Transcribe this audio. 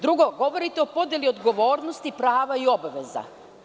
Drugo, govorite o podeli odgovornosti prava i obaveza.